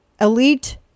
elite